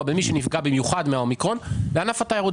מאוד בין מי שנפגע במיוחד מן האומיקרון לבין ענף התיירות.